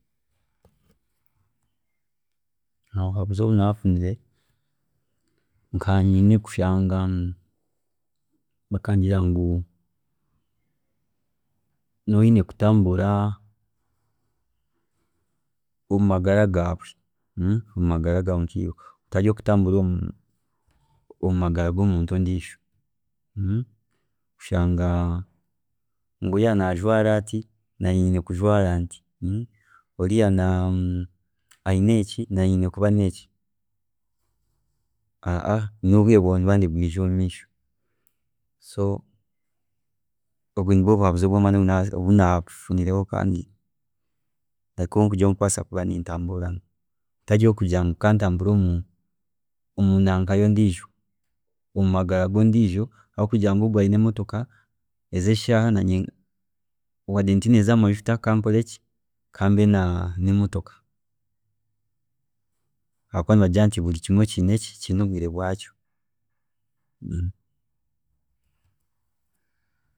﻿Obuhabuzi obu naarafunire, nkanye nokushanga bakangira ngu nooba oyine kutambirura omumagara gaawe omumagara gaawe nkiiwe gatari kutamburira omumagara gomuntu ondeijo kushanga ngu yaaba najwaara ati nanye nyine kujwaara nti, oriya ayine eki nanye nyine kuba neki, ingaaha, niiwe obwiire bwaawe nibuba nibwiija omumeisho, so obwe nibwe buhabuzi obwamaani obu naarafunire nkanye kandi obu ndikubaasa kuba nanye nintamburiraho, kutari kugira ngu kantamburire omu- omu nanka yondeijo, omumagara gondeijo habwokugira ngu ogu ayine emotoka, ezi eshaaha nanye wade ntiine zamajuta kankore ki, kambe na nemotoka habwokuba nibagira nti buri kimwe kiine ki, kiine obwiire bwakyo.